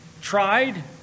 tried